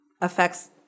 affects